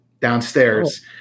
downstairs